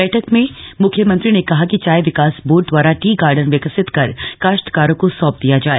बैठक में मुख्यमंत्री ने कहा कि चाय विकास बोर्ड द्वारा टी गार्डन विकसित कर काश्तकारों को सौंप दिया जाए